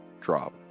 drop